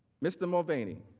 mr. mulvaney,